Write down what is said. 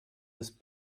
ist